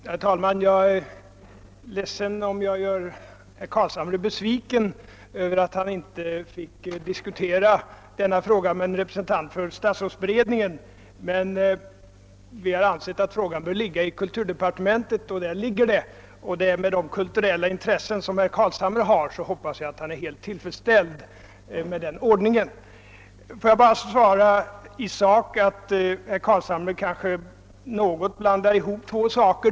Herr talman! Jag är ledsen om jag gör herr Carlshamre besviken över att han inte fick diskutera denna fråga med en representant för statsrådsberedningen. Men vi har ansett att frågan bör ligga i kulturdepartementet, och jag hoppas att herr Carlshamre, med de kulturella intressen han har, är helt tillfredsställd med den ordningen. Låt mig i sak endast svara att herr Carlshamre kanske blandar ihop två saker.